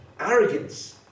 arrogance